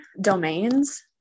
domains